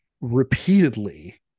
Repeatedly